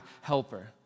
helper